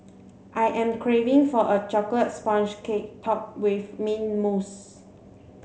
I am craving for a chocolate sponge cake topped with mint mousse